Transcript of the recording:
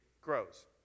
grows